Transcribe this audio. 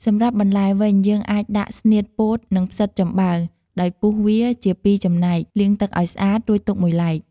សម្រាប់បន្លែវិញ យើងអាចដាក់ ស្នៀតពោត និង ផ្សិតចំបើង ដោយពុះវាជាពីរចំណែក លាងទឹកឱ្យស្អាត រួចទុកមួយឡែក។